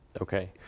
Okay